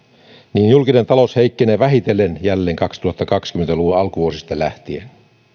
niin julkinen talous heikkenee vähitellen jälleen kaksituhattakaksikymmentä luvun alkuvuosista lähtien